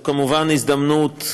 תודה רבה, אדוני היושב-ראש.